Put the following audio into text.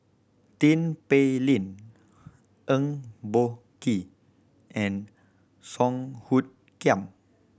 Tin Pei Ling Eng Boh Kee and Song Hoot Kiam